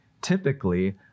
typically